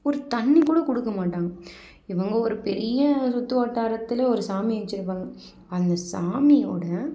ஒரு தண்ணிக்கூட கொடுக்க மாட்டாங்க இவங்க ஒரு பெரிய சுற்று வட்டாரத்தில் ஒரு சாமி வச்சுருப்பாங்க அந்த சாமியோடய